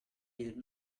did